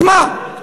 אז מה?